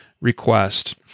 request